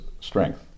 strength